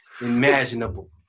imaginable